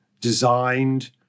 designed